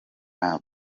and